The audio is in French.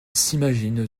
s’imagine